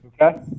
Okay